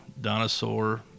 Dinosaur